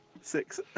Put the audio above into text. Six